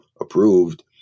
approved